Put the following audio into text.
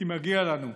כי מגיע לנו.